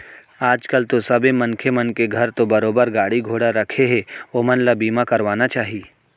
आज कल तो सबे मनखे मन के घर तो बरोबर गाड़ी घोड़ा राखें हें ओमन ल बीमा करवाना चाही